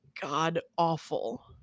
god-awful